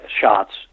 shots